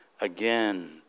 again